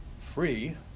free